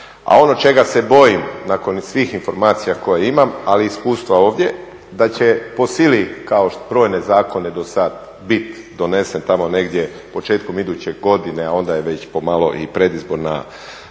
A ono čega se bojim nakon svih informacija koje imam, ali i iskustva ovdje da će po sili kao brojne zakone do sad bit donesen tamo negdje početkom iduće godine, a onda je već pomalo i predizborna kampanja